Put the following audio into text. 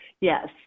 yes